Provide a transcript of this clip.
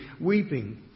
weeping